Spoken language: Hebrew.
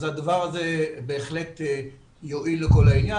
אז הדבר הזה יועיל לכל העניין.